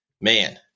Man